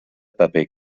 paper